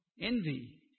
envy